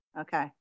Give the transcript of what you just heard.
Okay